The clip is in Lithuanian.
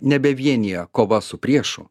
nebevienija kova su priešu